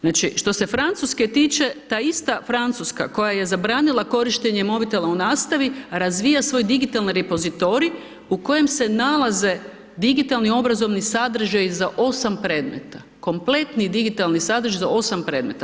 Znači što se Francuske tiče, ta ista Francuska koja je zabranila korištenje mobitela u nastavi, razvija svoj digitalni repozitorij u kojem se nalaze digitalni obrazovni sadržaji za 8 predmeta, kompletni digitalni sadržaji za 8 predmeta.